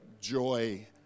joy